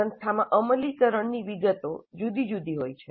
સંસ્થામાં અમલીકરણની વિગતો જુદી જુદી હોય છે